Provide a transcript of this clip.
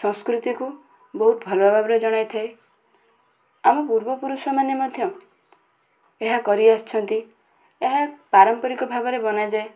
ସଂସ୍କୃତିକୁ ବହୁତ ଭଲ ଭାବରେ ଜଣାଇଥାଏ ଆମ ପୂର୍ବ ପୁରୁଷମାନେ ମଧ୍ୟ ଏହା କରିଆସିଛନ୍ତି ଏହା ପାରମ୍ପରିକ ଭାବରେ ବନାଯାଏ